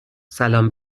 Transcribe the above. سلام